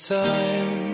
time